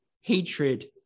hatred